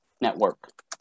network